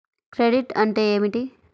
Credit అంటే ఏమిటి?